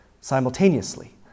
simultaneously